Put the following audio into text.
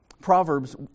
Proverbs